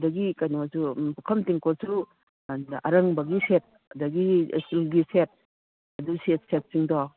ꯑꯗꯒꯤ ꯀꯩꯅꯣꯖꯨ ꯄꯨꯈꯝ ꯇꯦꯡꯀꯣꯠꯁꯨ ꯑꯔꯪꯕꯒꯤ ꯁꯦꯠ ꯑꯗꯒꯤ ꯁ꯭ꯇꯤꯜꯒꯤ ꯁꯦꯠ ꯑꯗꯨ ꯁꯦꯠ ꯁꯦꯠꯁꯤꯡꯗꯣ